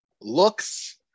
looks